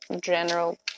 general